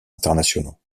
internationaux